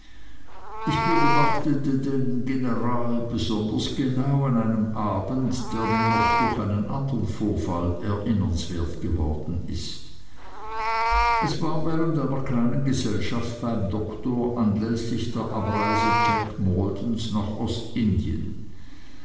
ich beobachtete den general besonders genau an einem abend der mir noch durch einen andern vorfall erinnernswert geworden ist es war während einer kleinen gesellschaft beim doktor anläßlich der abreise jack maldons nach ostindien